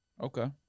Okay